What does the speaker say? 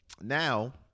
now